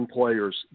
players